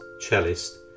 cellist